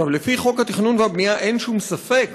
לפי חוק התכנון והבנייה, אין שום ספק